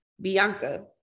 Bianca